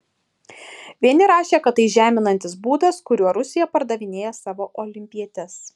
vieni rašė kad tai žeminantis būdas kuriuo rusija pardavinėja savo olimpietes